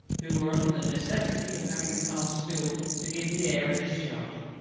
who were under the necessity of having the cask spiled to give the air a discharge.